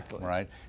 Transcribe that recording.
right